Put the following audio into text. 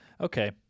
Okay